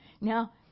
Now